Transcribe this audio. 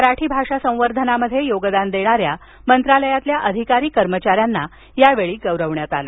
मराठी भाषा संवर्धनामध्ये योगदान देणाऱ्या मंत्रालयातील अधिकारी कर्मचाऱ्यांना यावेळी गौरवण्यात आलं